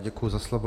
Děkuji za slovo.